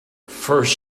first